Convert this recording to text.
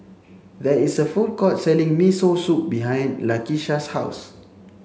there is a food court selling Miso Soup behind Lakisha's house